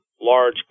large